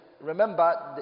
remember